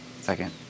Second